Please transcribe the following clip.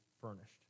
furnished